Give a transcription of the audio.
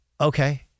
Okay